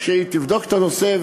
שתבדוק את הנושא,